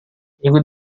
minggu